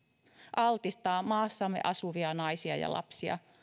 altistaa maassamme asuvia naisia ja lapsia